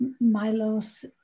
Milos